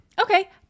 Okay